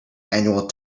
annual